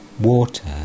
water